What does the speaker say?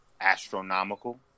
astronomical